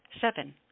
Seven